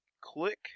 Click